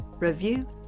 review